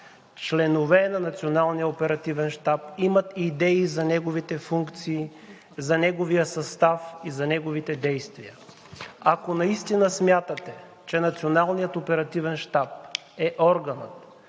оперативен щаб, имат идеи за неговите функции, за неговия състав и за неговите действия. Ако наистина смятате, че Националният